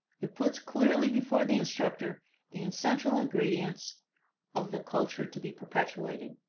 it puts clearly before the instructor the essential ingredients of the culture to be perpetuated,